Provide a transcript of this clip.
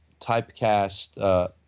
typecast